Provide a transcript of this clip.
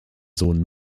sohn